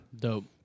Dope